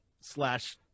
slash